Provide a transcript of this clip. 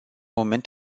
moment